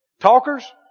Talkers